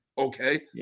Okay